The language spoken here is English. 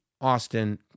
Austin